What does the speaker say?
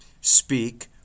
speak